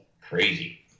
Crazy